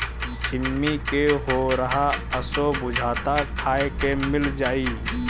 छिम्मी के होरहा असो बुझाता खाए के मिल जाई